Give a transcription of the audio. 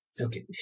Okay